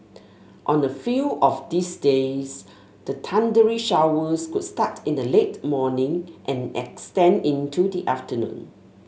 on a few of these days the thundery showers could start in the late morning and extend into the afternoon